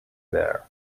there